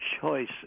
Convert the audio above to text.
choice